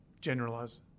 generalize